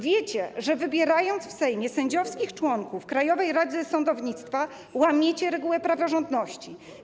Wiecie, że wybierając w Sejmie sędziowskich członków Krajowej Rady Sądownictwa, łamiecie regułę praworządności.